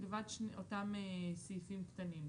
מלבד אותם סעיפים קטנים.